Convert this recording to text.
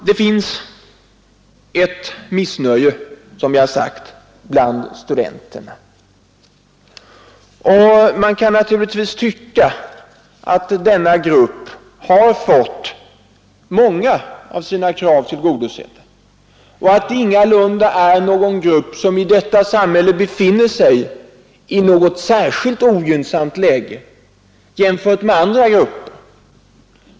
Det finns som sagt ett missnöje bland studenterna. Man kan naturligtvis tycka att denna grupp har fått många av sina krav tillgodosedda och att detta ingalunda är en grupp som i detta samhälle befinner sig i något särskilt ogynnsamt läge jämfört med andra grupper.